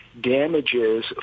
damages